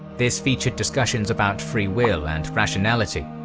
this featured discussions about free will and rationality.